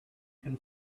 can